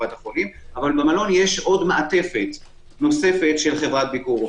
אבל במלון יש מעטפת נוספת של חברת ביקור רופא.